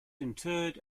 interred